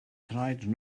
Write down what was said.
tried